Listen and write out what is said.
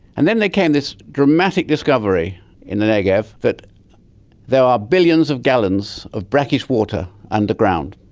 and then there came this dramatic discovery in the negev that there are billions of gallons of brackish water underground,